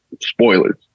spoilers